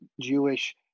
Jewish